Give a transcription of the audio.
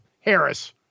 Harris